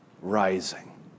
rising